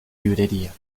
librería